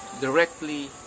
directly